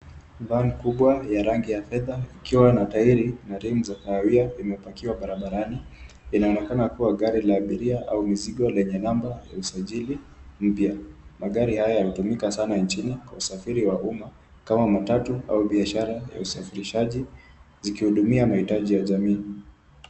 Gari kubwa ya rangi ya fedha, ikiwa na tairi na tairi ni za kahawia imepakiwa barabarani. Linaonekana kuwa ni gari la abiria, au mizigo lenye namba ya usajili mpya. Magari haya yanatumika sana nchini kwa usafiri wa umma, kama matatu au biashara ya usafirishaji zikiudumia mahitaji ya jamii.